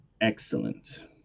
excellent